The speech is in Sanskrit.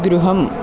गृहम्